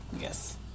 yes